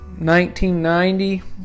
1990